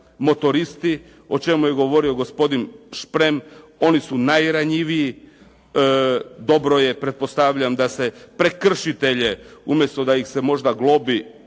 Motoristi, o čemu je govorio gospodin Šprem, oni su najranjiviji. Dobro je pretpostavljam da se prekršitelje, umjesto da ih se možda globi,